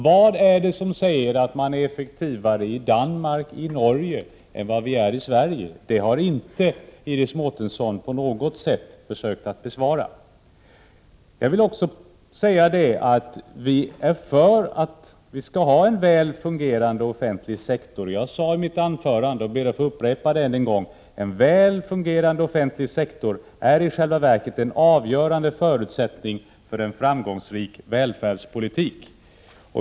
Vad är det som gör att man är effektivare i Danmark och Norge än i Sverige? Det har inte Iris Mårtensson på något sätt försökt besvara. Vi tycker att vi skall ha en väl fungerande offentlig sektor. Jag sade i mitt anförande, och jag ber att få upprepa det: En väl fungerande offentlig sektor är i själva verket en avgörande förutsättning för en framgångsrik välfärdspolitik.